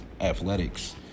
athletics